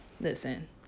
listen